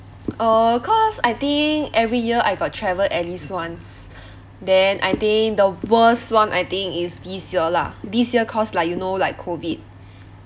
uh cause I think every year I got travel at least once then I think the worst one I think is this year lah this year cause like you know like COVID